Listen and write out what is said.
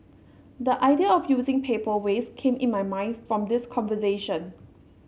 the idea of using paper waste came in my mind from this conversation